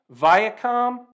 Viacom